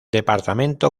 departamento